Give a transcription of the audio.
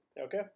Okay